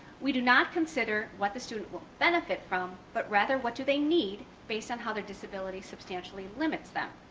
we do not consider what the student will benefit from, but rather what do they need, based on how their disability substantially limits them.